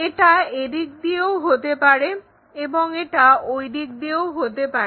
এটা এদিক দিয়েও হতে পারে এবং এটা ওই দিক দিয়েও হতে পারে